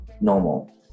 normal